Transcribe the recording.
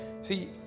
See